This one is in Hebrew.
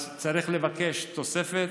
צריך לבקש תוספת,